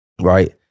right